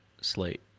slate